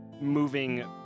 moving